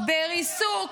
בריסוק